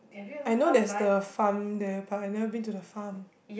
I know there's the farm there but I never been to the farm